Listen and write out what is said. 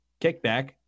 kickback